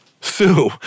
Sue